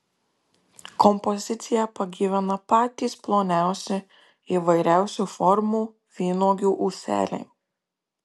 kompoziciją pagyvina patys ploniausi įvairiausių formų vynuogių ūseliai